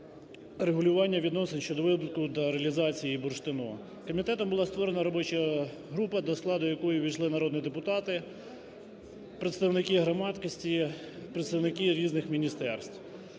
регулювання відносин щодо видобутку та реалізації бурштину. Комітетом була створена робоча група, до складу якої увійшли народні депутати, представники громадськості, представники різних міністерств.